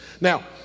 Now